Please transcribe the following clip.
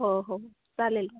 हो हो चालेल